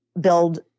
build